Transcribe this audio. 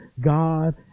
God